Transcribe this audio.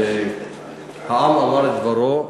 והעם אמר את דברו,